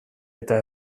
eta